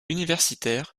universitaire